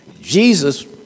Jesus